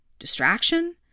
Distraction